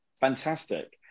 Fantastic